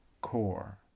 core